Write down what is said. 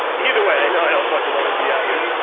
either way i know i don't fucking want to be out here.